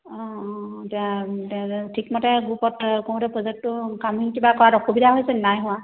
অঁ অঁ এতিয়া ঠিকমতে গ্ৰুপত কৰোতে প্ৰজেক্টটো কামখিনি কিবা কৰাত অসুবিধা হৈছে নি নাই হোৱা